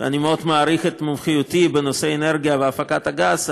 אני מאוד מעריך את מומחיותי בנושא אנרגיה והפקת גז,